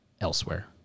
elsewhere